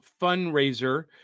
Fundraiser